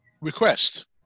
request